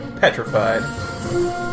petrified